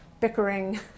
bickering